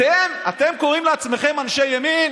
אתם, אתם קוראים לעצמכם אנשי ימין?